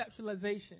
conceptualization